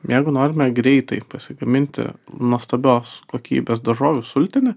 jeigu norime greitai pasigaminti nuostabios kokybės daržovių sultinį